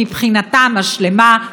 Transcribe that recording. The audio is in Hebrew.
מבחינתם השלמה,